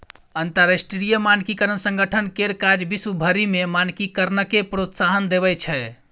अंतरराष्ट्रीय मानकीकरण संगठन केर काज विश्व भरि मे मानकीकरणकेँ प्रोत्साहन देब छै